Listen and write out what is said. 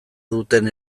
duten